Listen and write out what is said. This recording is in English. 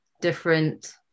different